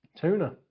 Tuna